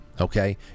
okay